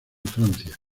francia